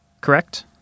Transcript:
correct